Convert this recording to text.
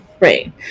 right